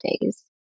days